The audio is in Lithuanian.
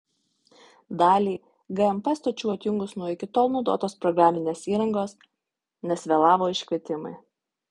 dalį gmp stočių atjungus nuo iki tol naudotos programinės įrangos nes vėlavo iškvietimai